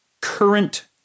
current